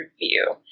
review